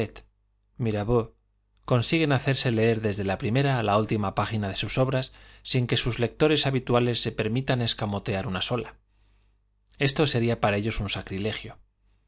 consiguen hacerse leer desde la primera á la última p ígina de sus obras sin que sus lectores habituales nna sola esto se permitan escamotea sería para ellos un sacrilegio